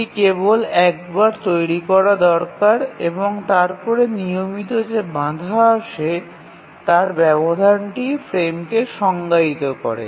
এটি কেবল একবার তৈরি করা দরকার এবং তারপরে নিয়মিত যে বাধা আসে তার ব্যবধানটি ফ্রেমকে সংজ্ঞায়িত করে